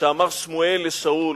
שאמר שמואל לשאול: